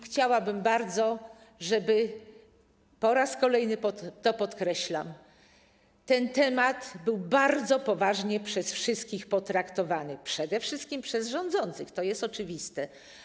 Chciałabym bardzo - po raz kolejny to podkreślam - żeby ten temat był bardzo poważnie przez wszystkich potraktowany, a przede wszystkim przez rządzących, to jest oczywiste.